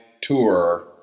tour